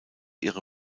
ihre